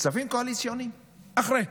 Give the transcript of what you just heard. כספים קואליציוניים, אחרי.